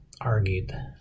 argued